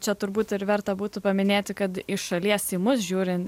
čia turbūt ir verta būtų paminėti kad iš šalies į mus žiūrin